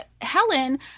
Helen